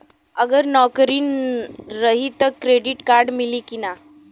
अगर नौकरीन रही त क्रेडिट कार्ड मिली कि ना?